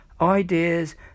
ideas